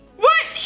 what?